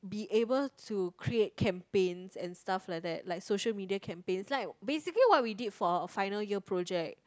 be able to create campaigns and stuff like that like social media campaigns like basically what we did for final year project